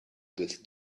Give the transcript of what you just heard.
with